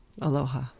Aloha